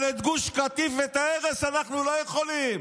אבל את גוש קטיף ואת ההרס אנחנו לא יכולים,